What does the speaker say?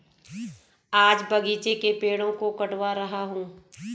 आज बगीचे के पेड़ों को कटवा रहा हूं